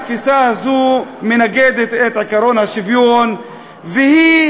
התפיסה הזו נוגדת את עקרון השוויון והיא